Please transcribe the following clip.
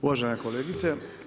Uvažena kolegice.